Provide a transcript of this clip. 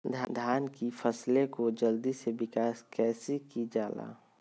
धान की फसलें को जल्दी से विकास कैसी कि जाला?